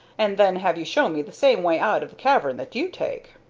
and then have you show me the same way out of the cavern that you take.